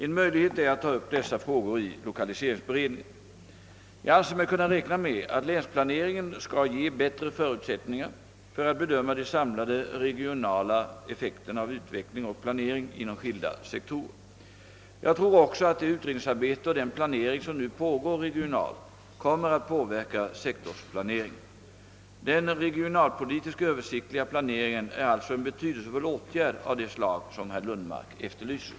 En möjlighet är att ta upp dessa frågor i lokaliseringsberedningen. Jag anser mig kunna räkna med att länsplaneringen skall ge bättre förutsättningar för att bedöma de samlade regionala effekterna av utveckling och planering inom skilda sektorer. Jag tror också att det utredningsarbete och den planering som nu pågår regionalt kommer att påverka sektorplaneringen. Den regionalpolitiska översiktliga planeringen är alltså en betydelsefull åtgärd av det slag som herr Lundmark efterlyser.